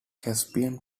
caspian